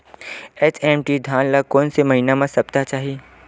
HMT धान ल कोन से महिना म सप्ता चाही?